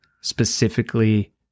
specifically